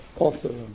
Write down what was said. author